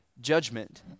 judgment